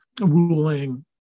ruling